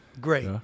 Great